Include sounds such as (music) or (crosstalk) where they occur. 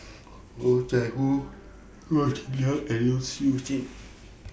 (noise) Oh Chai Hoo Goh Cheng Liang and Siow Lee Chin